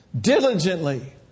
diligently